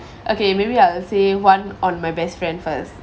okay maybe I'll say one on my best friend first